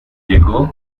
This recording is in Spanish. llegó